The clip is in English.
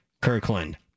Kirkland